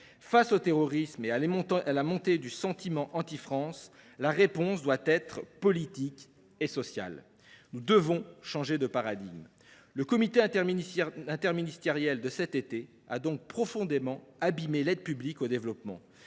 Face au terrorisme et à la montée du sentiment anti français, la réponse doit être politique et sociale. Nous devons changer de paradigme. Le Cicid qui s’est tenu cet été a donc profondément abîmé l’aide publique au développement.